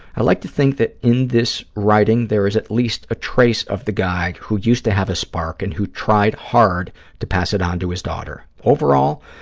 i like to think that in this writing there is at least a trace of the guy who used to have a spark and who tried hard to pass it on to his daughter. overall,